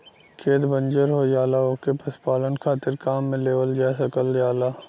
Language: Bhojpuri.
खेत बंजर हो जाला ओके पशुपालन खातिर काम में लेवल जा सकल जाला